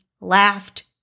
laughed